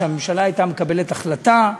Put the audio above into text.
שהממשלה הייתה מקבלת החלטה,